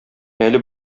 әле